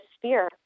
sphere